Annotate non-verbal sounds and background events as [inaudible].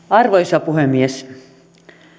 [unintelligible] arvoisa puhemies